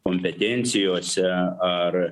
kompetencijose ar